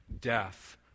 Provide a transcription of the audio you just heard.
death